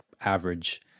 average